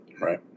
Right